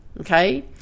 Okay